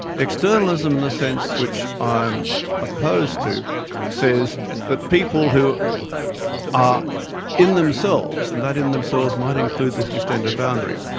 externalism, in the sense, which i'm opposed to says that people who are in themselves and that in themselves might include this extended boundary